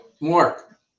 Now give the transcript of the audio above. Mark